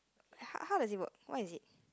how how does it work what is it